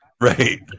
Right